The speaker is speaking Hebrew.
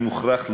אני מוכרח לומר,